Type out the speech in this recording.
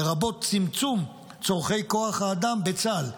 לרבות צמצום צורכי כוח האדם בצה"ל,